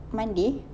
monday